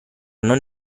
non